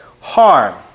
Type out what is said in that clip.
harm